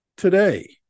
Today